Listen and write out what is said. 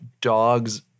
dogs